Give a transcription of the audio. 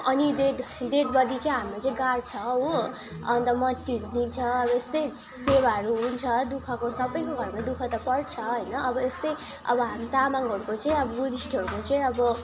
अनि dead dead body चाहिँ हाम्रो चाहिँ गाढ्छ हो अन्त मट्टीहरू दिन्छ अब यस्तै सेवाहरू हुन्छ दुःखको सबैको घरमा दुःख त पर्छ होइन अब यस्तै अब हामी तामाङहरूको चाहिँ अब बुद्धिस्टहरूको चाहिँ अब